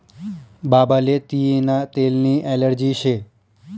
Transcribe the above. बाबाले तियीना तेलनी ॲलर्जी शे